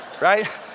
right